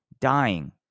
dying